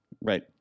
Right